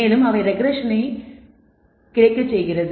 மேலும் அவை பின்னடைவைச் கிடைக்கின்றன